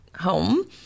home